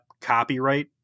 copyright